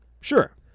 Sure